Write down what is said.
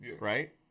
right